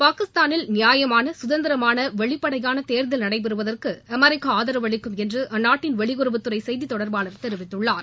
பாகிஸ்தானில் நியாமான கதந்திரமான வெளிப்படையான தேர்தல் நடைபெறுவதற்கு அமெரிக்கா ஆதரவளிக்கும் என்று அந்நாட்டின் வெளியுறவுத் துறை செய்தி தொடர்பாளர் தெரிவித்துள்ளார்